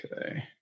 Okay